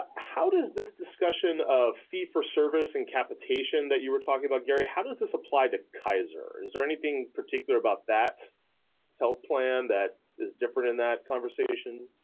ah how does this discussion of fees for service and capitation that you were talking about gary, how does this apply to kaiser? is there anything particular about that health plan that is different in that conversation?